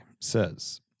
says